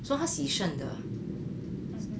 so 他洗肾的